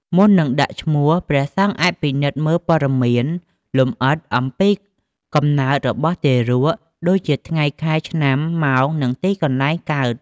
មុននឹងដាក់ឈ្មោះ ព្រះសង្ឃអាចពិនិត្យមើលព័ត៌មានលម្អិតអំពីកំណើតរបស់ទារក ដូចជា ថ្ងៃ ខែ ឆ្នាំ ម៉ោង និងទីកន្លែងកើត។